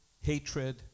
hatred